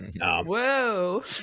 Whoa